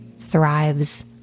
thrives